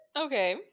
Okay